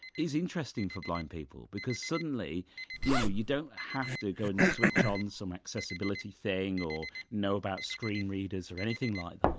is interesting for blind people because suddenly you know you don't have to go and switch on some accessibility thing or know about screen readers or anything like that,